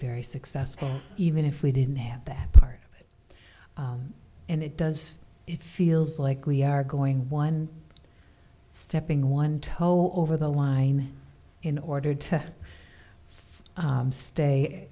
very successful even if we didn't have that part of it and it does it feels like we are going one stepping one told over the line in order to stay